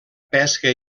pesca